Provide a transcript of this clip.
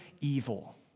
evil